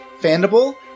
Fandible